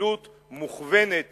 בפעילות מוכוונת